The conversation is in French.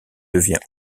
devient